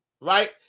Right